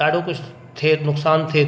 ॾाढो कुझु थिए नुक़सान थिए